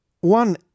One